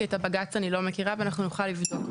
כי את הבג"צ אני לא מכירה ואנחנו נוכל לבדוק.